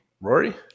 Rory